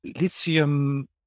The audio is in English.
lithium